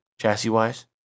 Chassis-wise